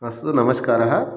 अस्तु नमस्कारः